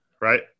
right